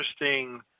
interesting